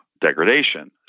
degradation